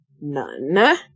none